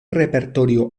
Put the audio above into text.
repertorio